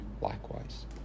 likewise